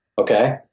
Okay